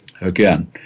Again